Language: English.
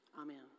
Amen